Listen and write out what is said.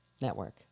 network